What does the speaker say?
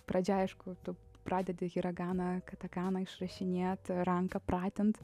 pradžia aišku tu pradedi hiraganą katakaną išrašinėt ranką pratint